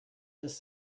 this